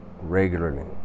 regularly